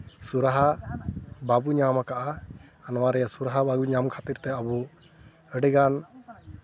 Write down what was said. ᱥᱩᱨᱟᱦᱟ ᱵᱟᱵᱚ ᱧᱟᱢ ᱟᱠᱟᱫᱟ ᱟᱨ ᱱᱚᱣᱟ ᱨᱮᱭᱟᱜ ᱥᱩᱨᱟᱦᱟ ᱵᱟᱝ ᱧᱟᱢ ᱠᱷᱟᱹᱛᱤᱨ ᱛᱮ ᱟᱵᱚ ᱟᱹᱰᱤᱜᱟᱱ